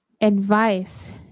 advice